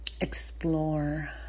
explore